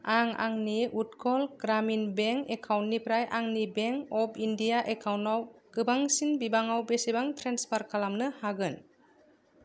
आं आंनि उटकल ग्रामिन बेंक एकाउन्टनिफ्राय आंनि बेंक अफ इण्डिया एकाउन्टआव गोबांसिन बिबाङाव बेसेबां ट्रेन्सफार खालामनो हागोन